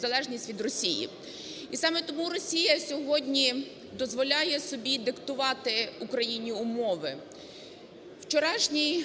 залежність від Росії. І саме тому Росія сьогодні дозволяє собі диктувати Україні умови. Вчорашній